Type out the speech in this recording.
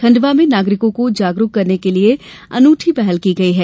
खंडवा में नागरिकों को जागरूक बनाने के लिये अनूठी पहल की गई है